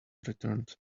returned